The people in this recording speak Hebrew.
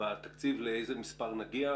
כמה נקבל.